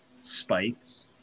spikes